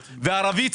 וערבי,